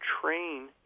train